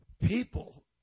People